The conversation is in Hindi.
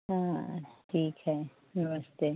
हाँ ठीक है नमस्ते